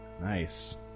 Nice